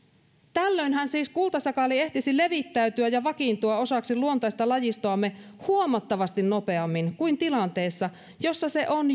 tällöinhän siis kultasakaali ehtisi levittäytyä ja vakiintua osaksi luontaista lajistoamme huomattavasti nopeammin kuin tilanteessa jossa se on